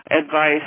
advice